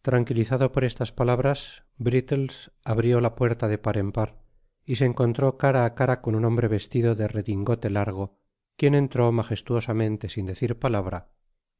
tranquilizado por estas palabras brittles abrió la puerta de par en par y se encontró cara á cara con un hombre vestido de redingote largo quien entró magestuosamente sin decir palabra